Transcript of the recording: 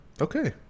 Okay